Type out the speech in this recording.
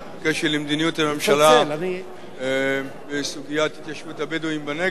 בקשר למדיניות הממשלה בסוגיית התיישבות הבדואים בנגב,